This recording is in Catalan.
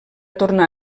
tornar